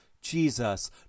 Jesus